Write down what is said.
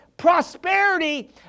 prosperity